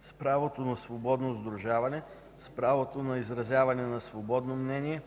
с правото на свободно сдружаване, с правото на изразяване на собствено мнение